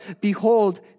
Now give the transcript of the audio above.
behold